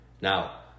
Now